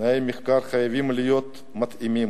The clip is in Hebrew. תנאי המחקר חייבים להיות מתאימים,